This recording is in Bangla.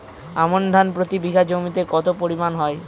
আমন ধান প্রতি বিঘা জমিতে কতো পরিমাণ হয়?